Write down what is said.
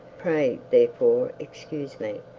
pray therefore excuse me,